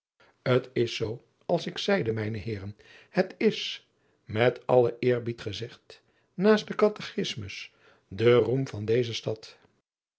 t s zoo als ik zeide mijne eeren het is met allen eerbied gezegd naast den atechismus de roem van deze stad